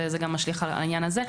וזה גם משליך על העניין הזה.